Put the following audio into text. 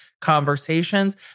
conversations